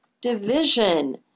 division